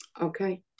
Okay